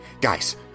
guys